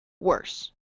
worse